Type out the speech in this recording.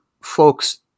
folks